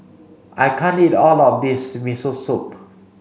I can't eat all of this Miso Soup